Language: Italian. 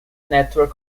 network